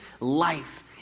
life